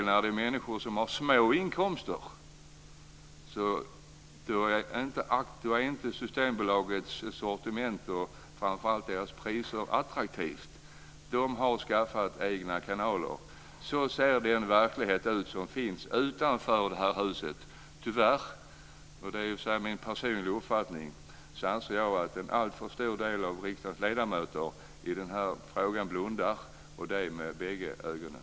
När människor har små inkomster är Systembolaget och framför allt dess priser i regel inte attraktiva. De har skaffat egna kanaler. Så ser den verklighet ut som finns utanför det här huset, tyvärr. Det är min personliga uppfattning att en alltför stor del av riksdagsledamöterna blundar i den här frågan, och det med bägge ögonen.